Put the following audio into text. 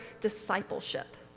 discipleship